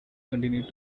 continued